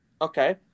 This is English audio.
Okay